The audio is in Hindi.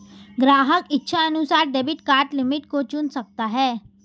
ग्राहक इच्छानुसार डेबिट कार्ड लिमिट को चुन सकता है